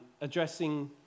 addressing